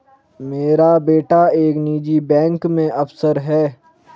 मेरा बेटा एक निजी बैंक में अफसर है